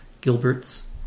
Gilberts